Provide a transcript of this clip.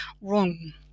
wrong